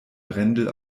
brendel